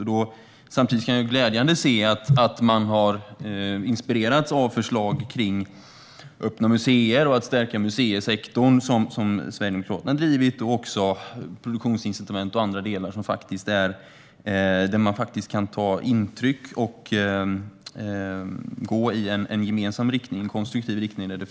Jag ser samtidigt med glädje att man har inspirerats av förslag som rör öppna museer och att stärka museisektorn - frågor som Sverigedemokraterna har drivit - samt sådant som gäller produktionsincitament och andra delar där det finns beröringspunkter och där man kan ta intryck och gå i en gemensam, konstruktiv riktning.